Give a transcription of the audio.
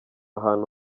hantu